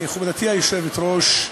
מכובדתי היושבת-ראש,